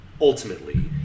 Ultimately